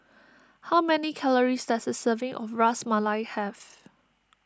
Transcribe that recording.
how many calories does a serving of Ras Malai have